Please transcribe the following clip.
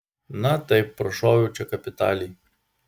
na taip prašoviau čia kapitaliai